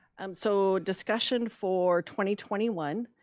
um so discussion for twenty twenty one.